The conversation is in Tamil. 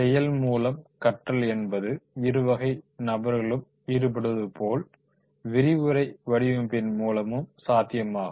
செயல் மூலம் கற்றல் என்பது இருவகை நபரகளும் ஈடுபடுவது போல் விரிவுரையை வடிவமைப்பதின் மூலமே சாத்தியமாகும்